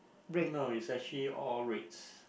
no is actually all reds